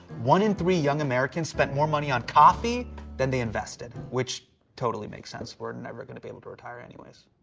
one in three young americans spent more money on coffee than they invested which totally makes sense, we're never gonna be able to retire anyways.